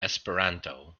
esperanto